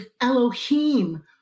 elohim